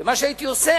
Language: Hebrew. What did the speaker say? ומה שהייתי עושה,